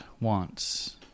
wants